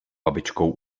babičkou